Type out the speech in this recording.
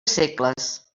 segles